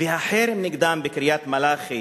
והחרם נגדם בקריית-מלאכי